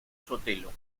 sotelo